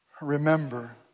Remember